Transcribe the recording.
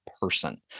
person